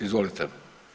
Izvolite.